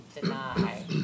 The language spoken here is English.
deny